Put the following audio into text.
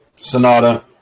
Sonata